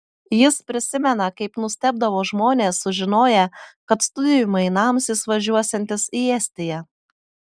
jis prisimena kaip nustebdavo žmonės sužinoję kad studijų mainams jis važiuosiantis į estiją